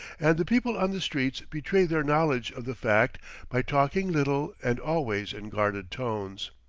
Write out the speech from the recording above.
and the people on the streets betray their knowledge of the fact by talking little and always in guarded tones.